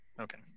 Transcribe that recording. Okay